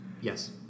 yes